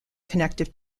connective